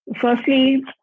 firstly